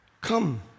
Come